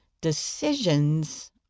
Decisions